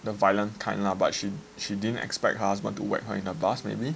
the violent kind lah but she she didn't expect husband to whack her in the bus maybe